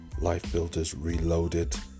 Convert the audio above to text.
LifeBuildersReloaded